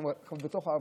אנחנו כבר בתוך העבודה.